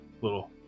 little